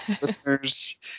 Listeners